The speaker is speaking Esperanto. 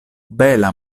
bela